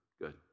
Good